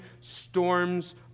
storms